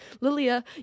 Lilia